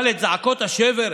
אבל את זעקות השבר,